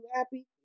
happy